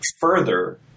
further